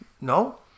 No